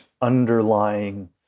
underlying